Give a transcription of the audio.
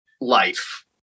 life